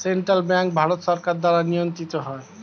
central bank Bharat সরকার দ্বারা নিয়ন্ত্রিত হয়